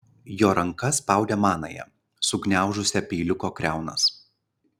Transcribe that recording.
jo ranka spaudė manąją sugniaužusią peiliuko kriaunas